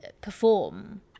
perform